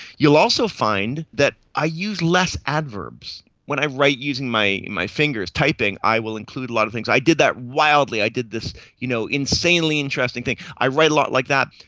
you'll also find that i use less adverbs. when i write using my my fingers, typing, i will include a lot of things, i did that wildly, i did this you know insanely interesting thing, i write a lot like that.